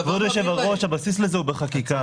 כבוד היושב-ראש, הבסיס לזה הוא בחקיקה.